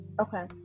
Okay